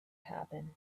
happen